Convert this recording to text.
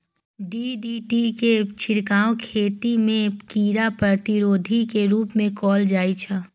DDT के छिड़काव खेती मे कीड़ा प्रतिरोधी के रूप मे कैल जाइ छै